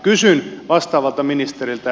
kysyn vastaavalta ministeriltä